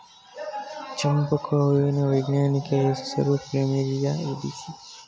ಚಂಪಕ ಹೂವಿನ ವೈಜ್ಞಾನಿಕ ಹೆಸರು ಪ್ಲಮೇರಿಯ ಎಸ್ಪಿಪಿ